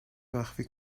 مخفی